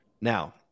Now